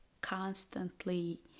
constantly